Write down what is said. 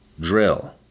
drill